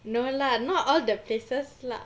no lah not all the places lah